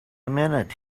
minute